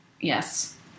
yes